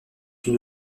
une